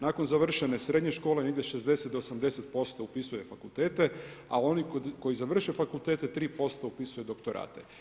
Nakon završene srednje škole, negdje 60-80% upisuje fakultete, a oni koji završe fakultete 3% upisuju doktorate.